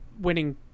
winning